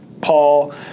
Paul